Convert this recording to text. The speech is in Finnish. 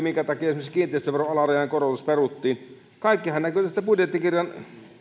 minkä takia kiinteistöveron alarajan korotus peruttiin kaikkihan näkyy tästä budjettikirjan